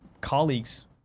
colleagues